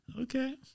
Okay